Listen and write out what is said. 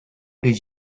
did